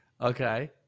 Okay